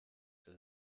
das